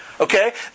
Okay